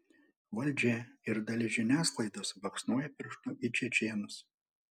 valdžia ir dalis žiniasklaidos baksnoja pirštu į čečėnus